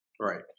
Right